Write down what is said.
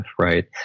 right